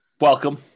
Welcome